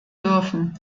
dürfen